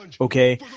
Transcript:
Okay